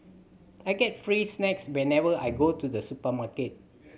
I get free snacks whenever I go to the supermarket